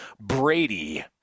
Brady